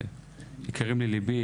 יקרים לליבי,